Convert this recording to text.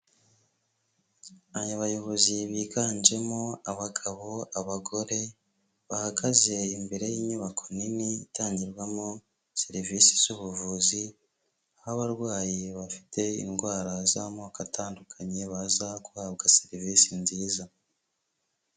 Abayobozi biganjemo abagabo, abagore, bahagaze imbere y'inyubako nini itangirwamo serivisi z'ubuvuzi, aho abarwayi bafite indwara z'amoko atandukanye, baza guhabwa serivise nziza.